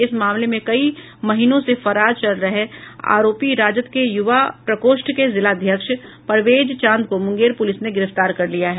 इस मामले में कई महीनों से फरार चल रहे आरोपी राजद के युवा प्रकोष्ठ के जिलाध्यक्ष परवेज चांद को मुंगेर पुलिस ने गिरफ्तार कर लिया है